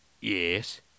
Yes